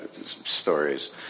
stories